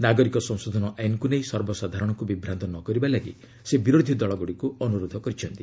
ନାଗରିକ ସଂଶୋଧନ ଆଇନ୍କୁ ନେଇ ସର୍ବସାଧାରଣଙ୍କୁ ବିଭ୍ରାନ୍ତ ନ କରିବା ଲାଗି ସେ ବିରୋଧୀ ଦଳଗୁଡ଼ିକୁ ଅନୁରୋଧ କରିଛନ୍ତି